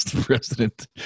President